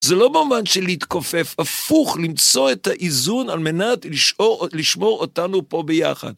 זה לא במובן של להתכופף, הפוך, למצוא את האיזון על מנת לשמור אותנו פה ביחד.